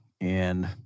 And-